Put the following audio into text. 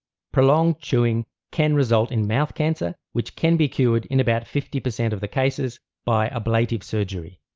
prolonged chewing can result in mouth cancer which can be cured in about fifty percent of the cases by ablative surgery.